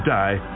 die